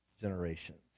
generations